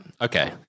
Okay